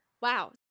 Wow